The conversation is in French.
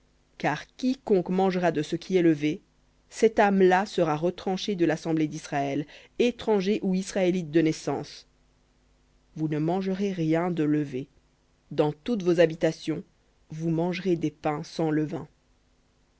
car quiconque mangera de ce qui est levé cette âme là sera retranchée de l'assemblée d'israël étranger ou israélite de naissance vous ne mangerez rien de levé dans toutes vos habitations vous mangerez des pains sans levain